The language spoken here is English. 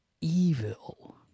evil